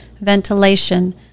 ventilation